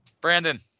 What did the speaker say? Brandon